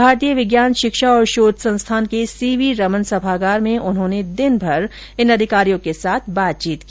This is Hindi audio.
भारतीय विज्ञान शिक्षा और शोध संस्थान के सीवी रमन सभागार में उन्होंने दिनभर इन अधिकारियों के साथ बातचीत की